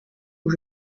aux